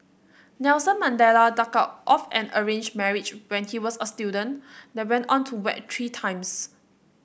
Nelson Mandela ducked out of an arranged marriage when he was a student then went on to wed three times